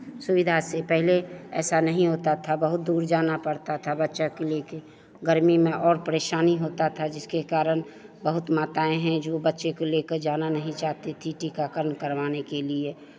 सुविधा से पहले ऐसा नहीं होता था बहुत दूर जाना पड़ता था बच्चा को ले के गर्मी में और परेशानी होता था जिसके कारण बहुत माताएं हैं जो बच्चे को लेकर जाना नहीं चाहती थीं टीकाकरण करवाने के लिए